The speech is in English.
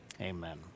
amen